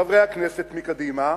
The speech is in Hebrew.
חברי הכנסת מקדימה,